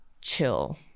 chill